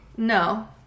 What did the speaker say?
No